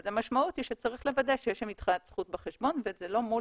המשמעות היא שצריך לוודא שיש יתרת זכות בחשבון וזה לא מול